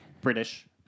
British